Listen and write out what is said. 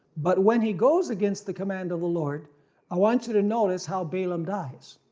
but when he goes against the command of the lord i want you to notice how balaam dies.